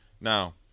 now